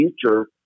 future